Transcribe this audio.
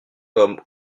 comme